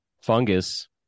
Fungus